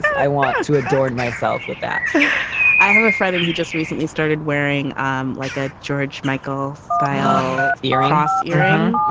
i want to adorn myself with that i have a friend and he just recently started wearing um like a george michael style eros earring.